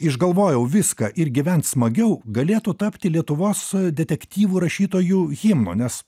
išgalvojau viską ir gyvent smagiau galėtų tapti lietuvos detektyvų rašytojų himnu nes